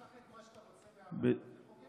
תיקח את מה שאתה רוצה מהאמנה ותחוקק בחוק.